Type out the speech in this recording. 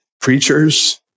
preachers